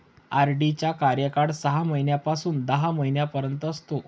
RD चा कार्यकाळ सहा महिन्यापासून दहा महिन्यांपर्यंत असतो